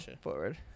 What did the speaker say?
forward